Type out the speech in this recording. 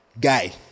Guy